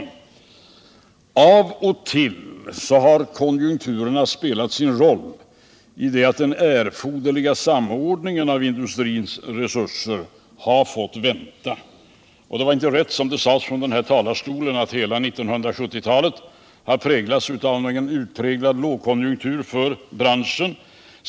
Av och till har konjunkturerna spelat sin roll i det att den erforderliga samordningen av industrins resurser har fått vänta. Det var dock inte rätt som sades från denna talarstol att hela 1970-talet har kännetecknats av en utpräglad lågkonjunktur inom branschen.